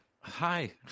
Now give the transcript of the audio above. Hi